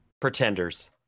Pretenders